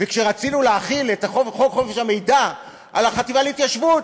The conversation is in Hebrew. וכשרצינו להחיל את חוק חופש המידע על החטיבה להתיישבות,